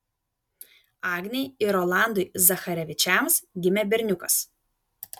agnei ir rolandui zacharevičiams gimė berniukas